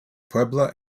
puebla